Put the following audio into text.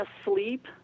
asleep